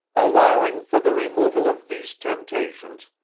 allowing for the removal of these temptations,